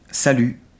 Salut